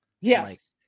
Yes